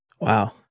Wow